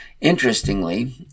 Interestingly